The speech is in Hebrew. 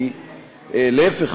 להפך,